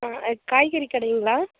காய்கறி கடைங்களா